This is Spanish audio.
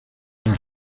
bach